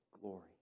glory